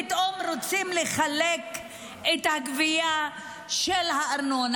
פתאום רוצים לחלק את הגבייה של הארנונה,